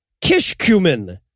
Kishkumen